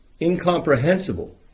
incomprehensible